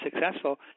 successful